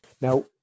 now